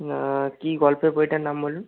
কী গল্পের বইটার নাম বলুন